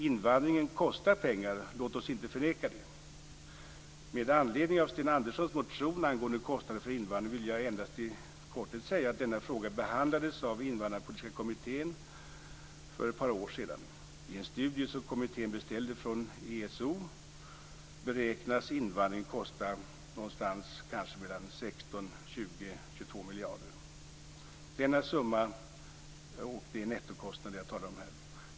Invandringen kostar pengar. Låt oss inte förneka det. Med anledning av Sten Anderssons motion angående kostnader för invandringen vill jag endast i korthet säga att denna fråga behandlades av Invandrarpolitiska kommittén för ett par år sedan. I en studie som kommittén beställde från ESO beräknas invandringen kosta ca 16-22 miljarder netto.